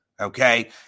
Okay